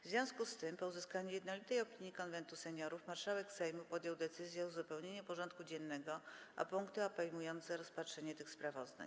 W związku z tym, po uzyskaniu jednolitej opinii Konwentu Seniorów, marszałek Sejmu podjął decyzję o uzupełnieniu porządku dziennego o punkty obejmujące rozpatrzenie tych sprawozdań.